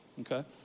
okay